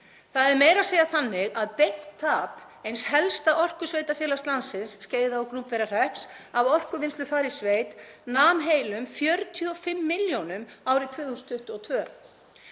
Það er meira að segja þannig að beint tap eins helsta orkusveitarfélags landsins, Skeiða- og Gnúpverjahrepps, af orkuvinnslu þar í sveit nam heilum 45 milljónum árið 2022.